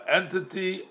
entity